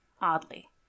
oddly